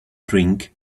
drink